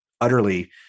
utterly